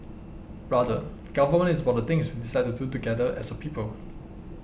rather government is about the things we decide to do together as a people